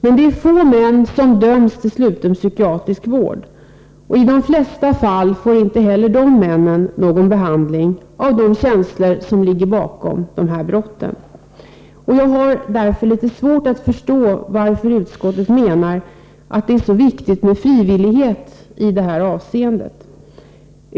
Men det är få män som döms till sluten psykiatrisk vård. I de flesta fall får inte heller dessa män någon behandling av de känslor som ligger bakom brotten. Jag har därför svårt att förstå varför utskottet menar att det är så viktigt med frivillighet i det här avseendet.